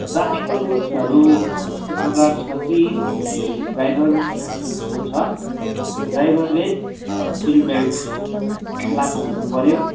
ट्राफिकको रुल्सहरू यस्तो प्रकार छ कि अनि ड्राइभर जो छ ड्राइभरले सिट बेल्ट लएको हुनु पऱ्यो